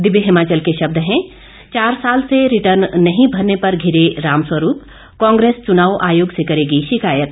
दिव्य हिमाचल के शब्द हैं चार साल से रिटर्न नहीं भरने पर घिरे रामस्वरूप कांग्रेस चुनाव आयोग से करेगी शिकायत